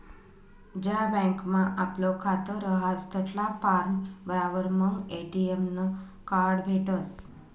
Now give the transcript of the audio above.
ज्या बँकमा आपलं खातं रहास तठला फार्म भरावर मंग ए.टी.एम नं कार्ड भेटसं